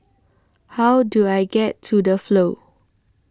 How Do I get to The Flow